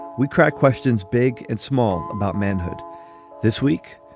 we crack questions big and small about manhood this week,